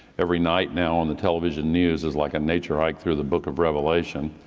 every night now on the television news is like a nature hike through the book of revelation.